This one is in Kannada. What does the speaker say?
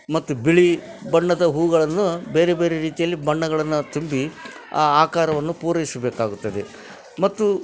ಮತ್ತು ಬಿಳಿ ಬಣ್ಣದ ಹೂಗಳನ್ನು ಬೇರೆ ಬೇರೆ ರೀತಿಯಲ್ಲಿ ಬಣ್ಣಗಳನ್ನು ತುಂಬಿ ಆ ಆಕಾರವನ್ನು ಪೂರೈಸಬೇಕಾಗುತ್ತದೆ ಮತ್ತು